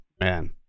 man